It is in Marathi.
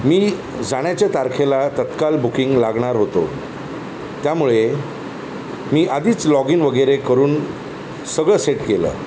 मी जाण्याच्या तारखेला तत्काल बुकिंग लागणार होतो त्यामुळे मी आधीच लॉग इन वगैरे करून सगळं सेट केलं